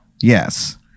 Yes